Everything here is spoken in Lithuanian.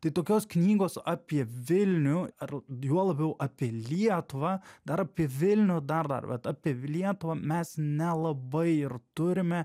tai tokios knygos apie vilnių ar juo labiau apie lietuvą dar apie vilnių dar dar bet apie lietuvą mes nelabai ir turime